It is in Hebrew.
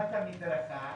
בשפת המדרכה,